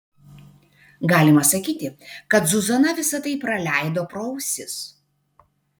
galima sakyti kad zuzana visa tai praleido pro ausis